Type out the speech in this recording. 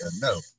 No